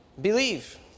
believe